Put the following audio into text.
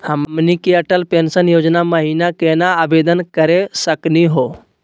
हमनी के अटल पेंसन योजना महिना केना आवेदन करे सकनी हो?